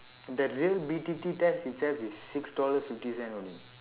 the real B_T_T test itself is six dollars fifty cents only